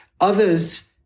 Others